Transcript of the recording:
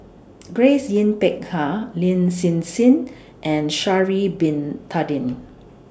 Grace Yin Peck Ha Lin Hsin Hsin and Sha'Ari Bin Tadin